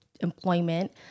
employment